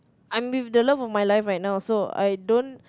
I'm with the love of my life right now so I don't